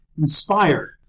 inspired